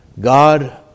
God